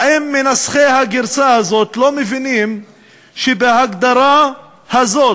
האם מנסחי הגרסה הזאת לא מבינים שבהגדרה הזאת